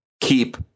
keep